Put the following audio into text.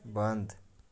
بنٛد